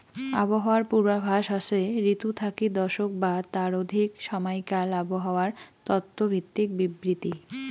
আবহাওয়ার পূর্বাভাস হসে ঋতু থাকি দশক বা তার অধিক সমাইকাল আবহাওয়ার তত্ত্ব ভিত্তিক বিবৃতি